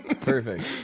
Perfect